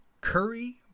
Curry